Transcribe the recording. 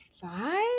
five